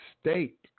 state